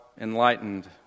enlightened